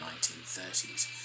1930s